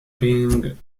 being